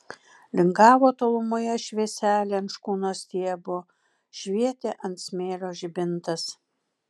lingavo tolumoje švieselė ant škunos stiebo švietė ant smėlio žibintas